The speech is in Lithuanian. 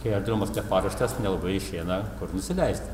kai aerodromas neparuoštas nelabai išeina kur nusileisti